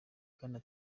bwana